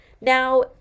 now